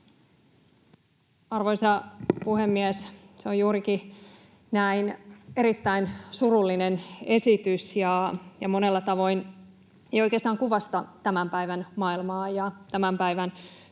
Arvoisa puhemies! Se on juurikin näin: Erittäin surullinen esitys monella tavoin. Se ei oikeastaan kuvasta tämän päivän maailmaa ja tämän päivän työelämää.